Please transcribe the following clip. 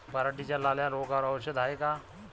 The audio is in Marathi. पराटीच्या लाल्या रोगावर औषध हाये का?